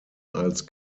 als